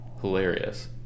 hilarious